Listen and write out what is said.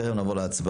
טרם נעבור להצבעה,